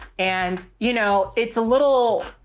and you know, it's a little,